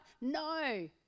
No